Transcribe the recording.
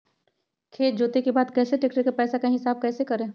खेत जोते के बाद कैसे ट्रैक्टर के पैसा का हिसाब कैसे करें?